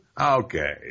Okay